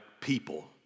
people